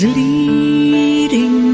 leading